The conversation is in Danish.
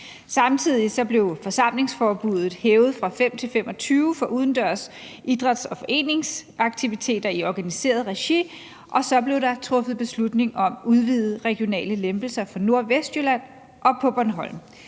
Samtidig blev forsamlingsforbuddet hævet fra 5 til 25 for udendørs idræts- og fritidsaktiviteter i organiseret regi, og så blev der truffet beslutning om udvidede regionale lempelser for Nord- og Vestjylland og på Bornholm.